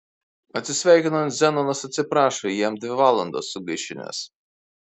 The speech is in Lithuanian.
atsisveikinant zenonas atsiprašo jam dvi valandas sugaišinęs